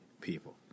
people